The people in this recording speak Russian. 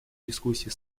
дискуссии